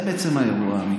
זה בעצם האירוע האמיתי